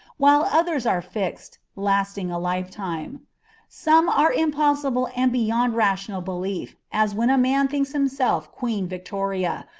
while others are fixed, lasting a lifetime some are impossible and beyond rational belief, as when a man thinks himself queen victoria,